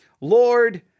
Lord